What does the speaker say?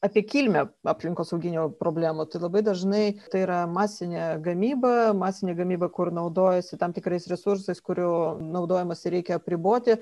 apie kilmę aplinkosauginių problemų tai labai dažnai tai yra masinė gamyba masinė gamyba kur naudojasi tam tikrais resursais kurių naudojimąsi reikia apriboti